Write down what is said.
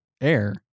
Air